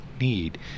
need